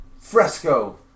fresco